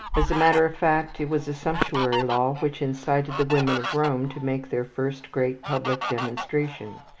as a matter of fact it was a sumptuary law which incited the women of rome to make their first great public demonstration,